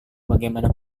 bagaimana